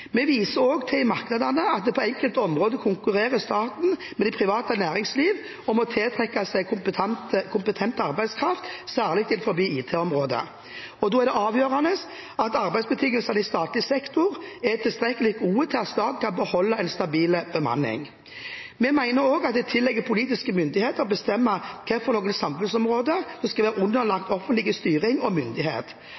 Vi viser i merknadene også til at på enkelte områder konkurrerer staten med det private næringslivet om å tiltrekke seg kompetent arbeidskraft, særlig innenfor IT-området. Da er det avgjørende at arbeidsbetingelsene i statlig sektor er tilstrekkelig gode til at staten kan beholde en stabil bemanning. Vi mener også at det tilligger politiske myndigheter å bestemme hvilke samfunnsområder som skal være